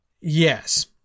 Yes